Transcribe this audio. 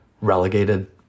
relegated